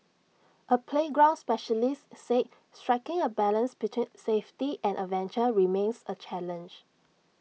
A playground specialist said striking A balance between safety and adventure remains A challenge